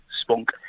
Spunk